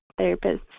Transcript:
therapists